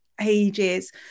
ages